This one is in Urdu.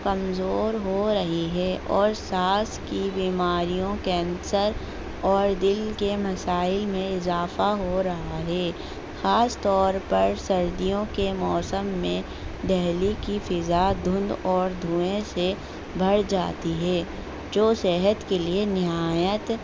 کمزور ہو رہی ہے اور سانس کی بیماریوں کینسر اور دل کے مسائل میں اضافہ ہو رہا ہے خاص طور پر سردیوں کے موسم میں دہلی کی فضا دھند اور دھوئیں سے بھر جاتی ہے جو صحت کے لیے نہایت